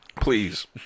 Please